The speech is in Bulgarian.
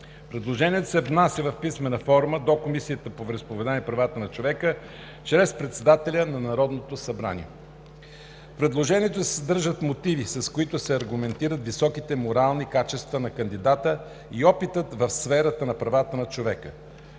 Предложението се внася в писмена форма до Комисията по вероизповеданията и правата на човека чрез председателя на Народното събрание. 2. В предложението се съдържат мотиви, с които се аргументират високите морални качества на кандидата и опитът в сферата на правата на човека.